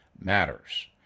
matters